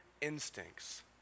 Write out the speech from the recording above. instincts